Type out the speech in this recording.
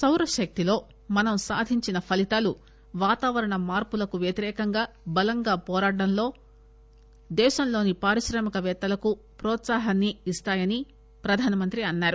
సౌరశక్తిలో మనం సాధించిన ఫలితాలు వాతావరణ మార్పులకు వ్యతిరేకంగా బలంగా పోరాటంలో దేశంలోని పారిశ్రామికపేత్తలకు ప్రోత్సాహాని ఇస్తాయని ప్రధానమంత్రి అన్నారు